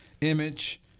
image